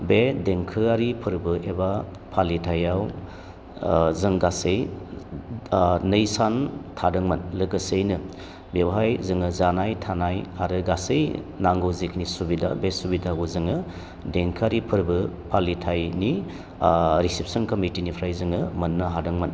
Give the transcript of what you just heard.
बे देंखोआरि फोरबो एबा फालिथायाव जों गासै नै सान थादोंमोन लोगोसेयैनो बेवहाय जोङो जानाय थानाय आरो गासै नांगौ जेखिनि सुबिदा बे सुबिदाखौ जोङो देंखोआरि फोरबो फालिथायनि रिसिपस'न कमिटिनिफ्राय जोङो मोननो हादोंमोन